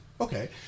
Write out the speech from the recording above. Okay